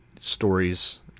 stories